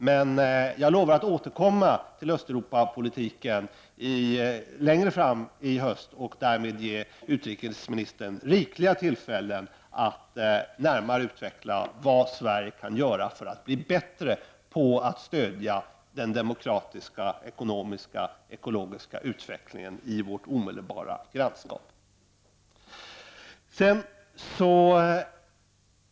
Men jag lovar att återkomma till Östeuropapolitiken längre fram i höst och därmed ge utrikesministern rikliga tillfällen att närmare utveckla vad Sverige kan göra för att bli bättre på att stödja den demokratiska, ekonomiska och ekologiska utvecklingen i vårt omedelbara gransskap.